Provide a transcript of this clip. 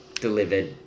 delivered